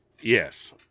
Yes